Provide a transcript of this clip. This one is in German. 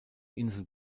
insel